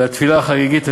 והתפילה החגיגית,